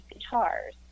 guitars